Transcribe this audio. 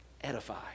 Edify